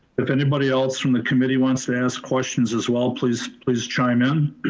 if anybody else from the committee wants to ask questions as well, please please chime in